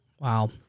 Wow